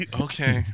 okay